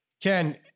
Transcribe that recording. Ken